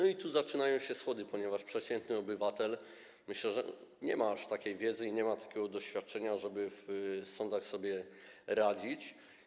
A tu zaczynają się schody, ponieważ myślę, że przeciętny obywatel nie ma aż takiej wiedzy i nie ma takiego doświadczenia, żeby w sądach sobie radzić.